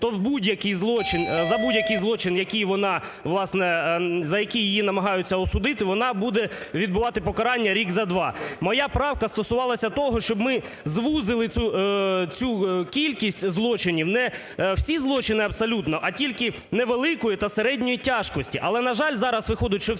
вона, власне, за який її намагаються осудити, вона буде відбувати покарання рік за два. Моя правка стосувалася того, щоб ми звузили цю кількість злочинів, не всі злочини абсолютно, а тільки невеликої та середньої тяжкості.